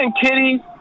kitty